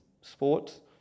sports